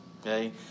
Okay